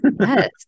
Yes